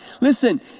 Listen